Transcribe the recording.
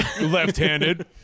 Left-handed